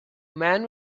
man